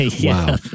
Wow